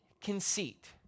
conceit